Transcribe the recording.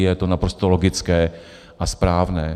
A je to naprosto logické a správné.